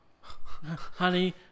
Honey